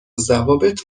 ضوابط